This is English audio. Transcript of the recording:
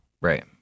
Right